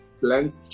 blank